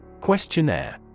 Questionnaire